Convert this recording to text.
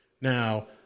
Now